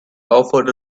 offered